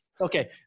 Okay